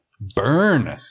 Burn